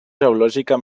geològica